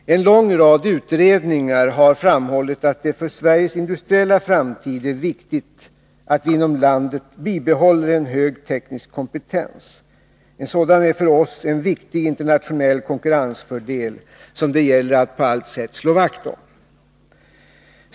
En lång rad utredningar har framhållit att det för Sveriges industriella framtid är viktigt att vi inom landet bibehåller en hög teknisk kompetens. En sådan är för oss en viktig internationell konkurrensfördel, som det gäller att på allt sätt slå vakt om.